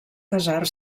casar